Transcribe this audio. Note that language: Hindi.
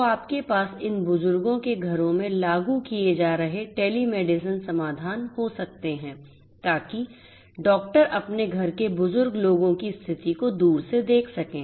तो आपके पास इन बुजुर्गों के घरों में लागू किए जा रहे टेलीमेडिसिन समाधान हो सकते हैं ताकि डॉक्टर अपने घर के बुजुर्ग लोगों की स्थिति को दूर से देख सकें